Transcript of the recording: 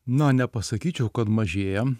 na nepasakyčiau kad mažėja